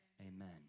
Amen